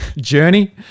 journey